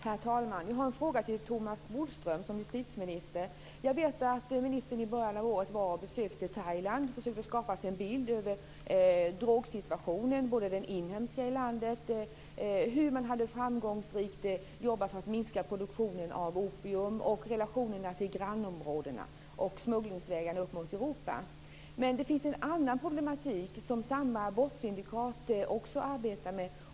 Herr talman! Jag har en fråga till Thomas Jag vet att ministern i början av året var och besökte Thailand och försökte skapa sig en bild av drogsituationen. Det gällde både den inhemska situationen i landet och hur man framgångsrikt hade jobbat för att minska produktionen av opium och relationerna till grannområdena och smugglingsvägarna uppemot Europa. Men det finns en annan problematik som samma brottssyndikat arbetar med.